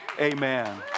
Amen